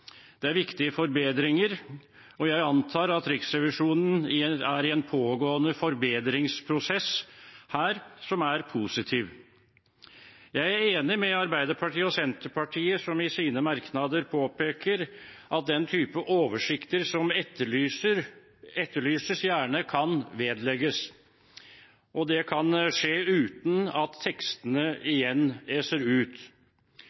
Det er viktige forbedringer, og jeg antar at Riksrevisjonen er i en pågående forbedringsprosess her som er positiv. Jeg er enig med Arbeiderpartiet og Senterpartiet, som i sine merknader påpeker at den typen oversikter som etterlyses, gjerne kan vedlegges. Det kan skje uten at tekstene igjen eser ut.